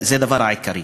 זה הדבר העיקרי: